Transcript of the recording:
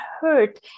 hurt